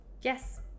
Yes